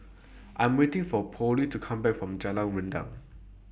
I'm waiting For Polly to Come Back from Jalan Rendang